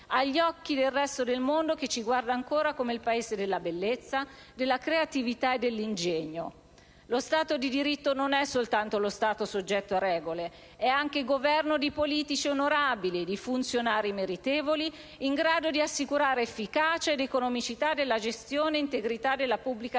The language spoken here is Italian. agli occhi del resto del mondo, che ci guarda ancora come il Paese della bellezza, della creatività e dell'ingegno. Lo Stato di diritto non è soltanto lo Stato soggetto a regole, è anche Governo di politici onorabili, di funzionari meritevoli in grado di assicurare efficacia ed economicità della gestione e integrità della Pubblica